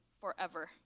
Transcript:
forever